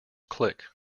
click